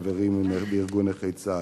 חברים בארגון נכי צה"ל.